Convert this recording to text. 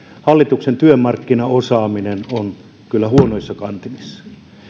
hallituksen työmarkkinaosaaminen on kyllä huonoissa kantimissa